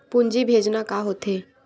पूंजी भेजना का होथे?